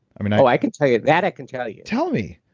i mean oh, i can tell you. that i can tell you tell me,